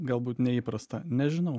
galbūt neįprasta nežinau